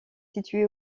situé